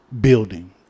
building